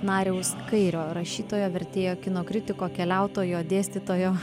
nariaus kairio rašytojo vertėjo kino kritiko keliautojo dėstytojo